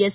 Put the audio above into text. S